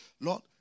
Lord